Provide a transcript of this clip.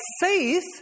faith